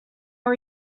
are